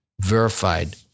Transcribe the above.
verified